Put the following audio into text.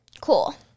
Cool